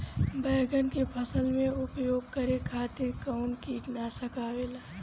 बैंगन के फसल में उपयोग करे खातिर कउन कीटनाशक आवेला?